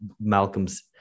Malcolm's